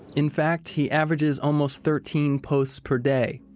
in fact, he averages almost thirteen posts per day.